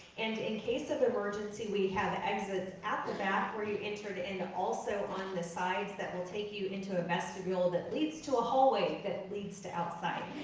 and in case of emergency, we have exits at the back where you entered and also on the sides, that will take you into a vestibule that leads to a hallway that leads to outside.